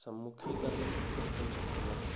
सम्मुखीकरणं कर्तुं शक्नुमः